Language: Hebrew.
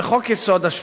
בחוק-יסוד: השפיטה?